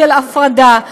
של הפרדה,